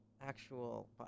actual